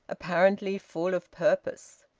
apparently full of purpose.